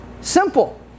Simple